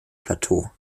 plateau